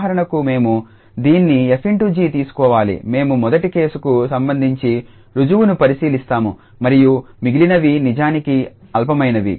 ఉదాహరణకు మేము దీన్ని 𝑓∗𝑔 తీసుకోవాలి మేము మొదటి కేసుకు సంబంధించిన రుజువును పరిశీలిస్తాము మరియు మిగిలినవి నిజానికి అల్పమైనవి